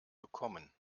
bekommen